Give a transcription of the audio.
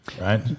right